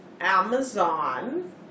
Amazon